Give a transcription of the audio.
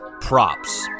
props